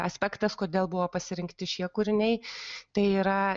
aspektas kodėl buvo pasirinkti šie kūriniai tai yra